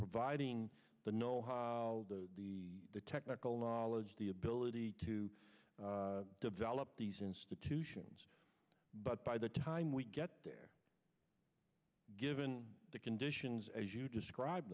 providing the know the technical knowledge the ability to develop these institutions but by the time we get there given the conditions as you describe